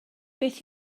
beth